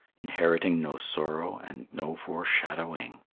inheriting no sorrow and no foreshadowing.